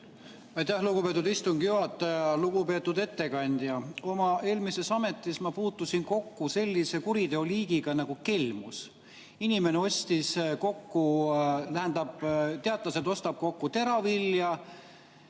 Aitäh, lugupeetud istungi juhataja! Lugupeetud ettekandja! Oma eelmises ametis ma puutusin kokku sellise kuriteoliigiga nagu kelmus. Inimene teatas, et ostab kokku teravilja